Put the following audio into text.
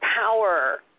power